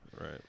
Right